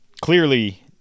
clearly